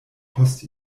post